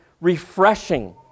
refreshing